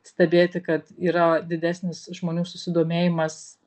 stebėti kad yra didesnis žmonių susidomėjimas